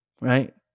Right